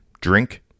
drink